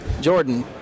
Jordan